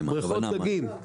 בריכות דגים.